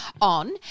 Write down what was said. on